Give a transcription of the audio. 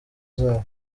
zabo